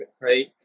right